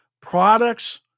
products